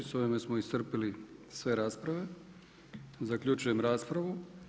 S ovime smo iscrpili sve rasprave i zaključujem raspravu.